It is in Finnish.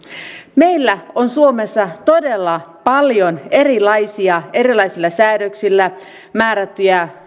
meillä on suomessa todella paljon erilaisia erilaisilla säädöksillä määrättyjä